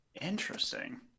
interesting